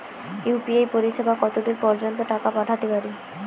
UPI পরিসেবা কতদূর পর্জন্ত টাকা পাঠাতে পারি?